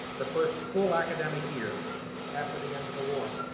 the first full academic year after the end of the war.